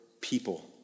people